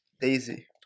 Daisy